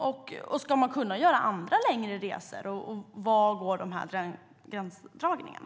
Och ska man kunna göra andra längre resor? Var går gränserna?